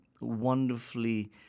wonderfully